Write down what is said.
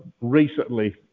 recently